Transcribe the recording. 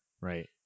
Right